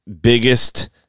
biggest